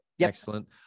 excellent